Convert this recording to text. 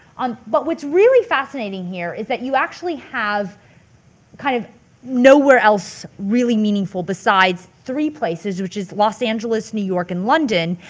um but what's really fascinating here is that you actually have kind of nowhere else really meaningful besides three places which is los angeles, new york, and london,